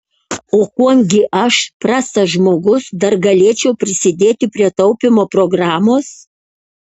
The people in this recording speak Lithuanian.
o kuom gi aš prastas žmogus dar galėčiau prisidėti prie taupymo programos